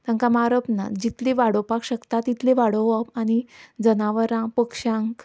तांकां मारप ना जितली वाडोवपाक शकता तितली वाडोवप आनी जनावरां पक्ष्यांक